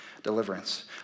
deliverance